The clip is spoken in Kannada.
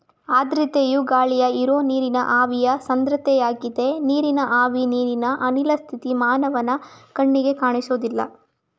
ಆರ್ದ್ರತೆಯು ಗಾಳಿಲಿ ಇರೋ ನೀರಿನ ಆವಿಯ ಸಾಂದ್ರತೆಯಾಗಿದೆ ನೀರಿನ ಆವಿ ನೀರಿನ ಅನಿಲ ಸ್ಥಿತಿ ಮಾನವನ ಕಣ್ಣಿಗೆ ಕಾಣ್ಸೋದಿಲ್ಲ